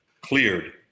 cleared